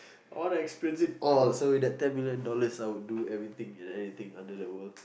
I want to experience it all so that ten million dollars I would do everything and anything under the world